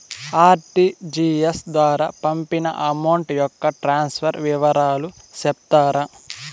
RTGS ద్వారా పంపిన amount యొక్క ట్రాన్స్ఫర్ వివరాలు సెప్తారా